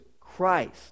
Christ